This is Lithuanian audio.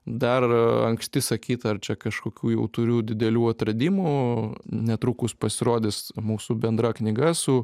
dar anksti sakyt ar čia kažkokių jau turiu didelių atradimų netrukus pasirodys mūsų bendra knyga su